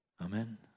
Amen